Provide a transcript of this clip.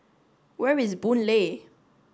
where is Boon Lay